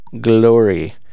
glory